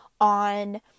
on